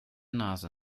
nase